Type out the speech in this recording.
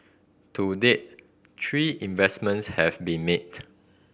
to date three investments have been made